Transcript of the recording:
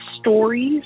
stories